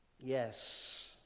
yes